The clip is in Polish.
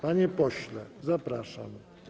Panie pośle, zapraszam.